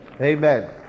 amen